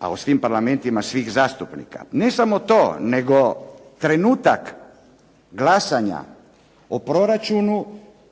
a u svim parlamentima svih zastupnika. Ne samo to, nego trenutak glasanja o proračunu,